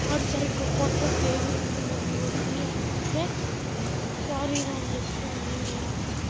వాడు సరిగ్గా కొట్టట్లేదు ఇంకా వీడు వద్దులే అనుకుంటే సారీ రా అని చెప్తాను ఇంకేం చేయను నేను